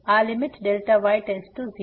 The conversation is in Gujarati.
તેથી આ લીમીટ Δy → 0